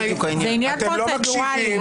אתם לא מקשיבים.